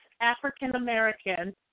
African-American